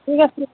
ঠিক আছে